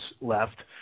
left